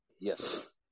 Yes